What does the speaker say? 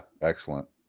excellent